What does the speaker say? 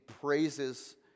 praises